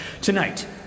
Tonight